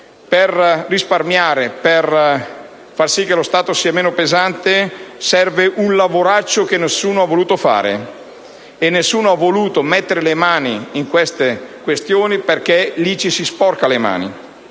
per risparmiare e per far sì che lo Stato sia meno pesante serve un lavoraccio che nessuno ha voluto fare: nessuno ha voluto mettere le mani in tali questioni perché è lì che ci si sporca le mani!